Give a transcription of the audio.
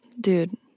dude